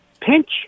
pinch